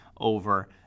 over